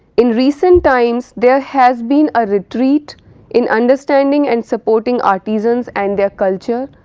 in recent times there has been a retreat in understanding and supporting artisans and their culture,